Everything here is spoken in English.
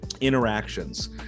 interactions